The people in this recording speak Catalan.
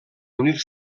unir